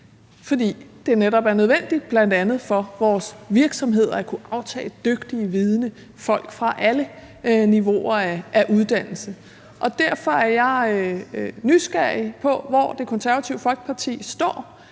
fordi det netop er nødvendigt, bl.a. for vores virksomheder at kunne aftage dygtige, vidende folk fra alle niveauer af uddannelse. Derfor er jeg nysgerrig efter, hvor Det Konservative Folkeparti står.